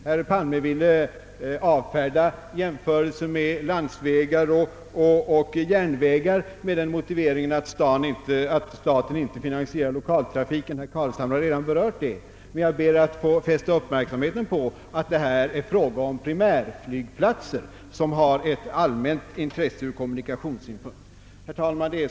Herr Palme ville avfärda jämförelsen med landsvägar och järnvägar med den motiveringen att staten inte finansierar lokaltrafiken — något som herr Carlshamre redan har berört — men jag ber att få fästa uppmärksamheten på att det här är fråga om primärflygplatser, som har ett allmänt intresse ur kommunikationssynpunkt. Herr talman!